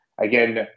Again